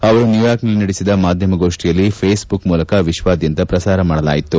ಅವರು ನ್ಯೂಯಾರ್ಕ್ನಲ್ಲಿ ನಡೆಸಿದ ಮಾಧ್ಯಮಗೋಷ್ಠಿಯನ್ನು ಫೇಸ್ಬುಕ್ ಮೂಲಕ ವಿಶ್ವಾದ್ಯಂತ ಪ್ರಸಾರ ಮಾಡಲಾಯಿತು